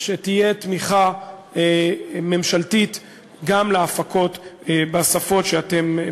שתהיה תמיכה ממשלתית גם להפקות בשפות שאתם,